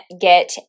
get